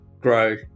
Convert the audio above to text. grow